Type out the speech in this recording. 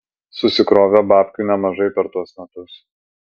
susikrovė babkių nemažai per tuos metus